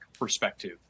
perspective